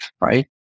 Right